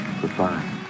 Goodbye